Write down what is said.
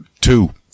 Two